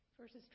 Verses